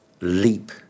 ...leap